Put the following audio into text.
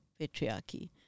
patriarchy